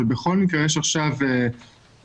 בכל מקרה יש עכשיו צוות